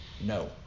no